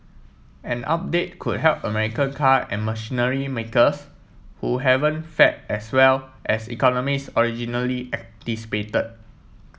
an update could help American car and machinery makers who haven't fared as well as economists originally anticipated